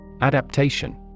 Adaptation